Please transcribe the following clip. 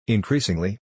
Increasingly